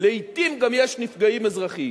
לעתים גם יש נפגעים אזרחים.